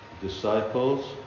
disciples